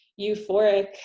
euphoric